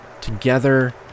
together